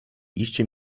iście